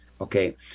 Okay